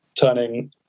turning